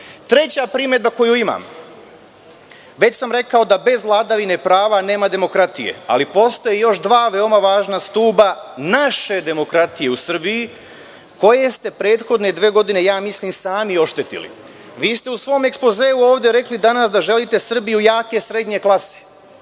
primedba koju imam je sledeća. Već sam rekao da bez vladavine prava nema demokratije. Ali, postoje još dva veoma važna stuba naše demokratije u Srbiji, koje ste prethodne dve godine sami oštetili. Vi ste u svom ekspozeu ovde danas rekli da želite Srbiju jake srednje klase.